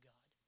God